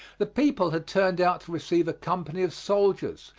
the people had turned out to receive a company of soldiers,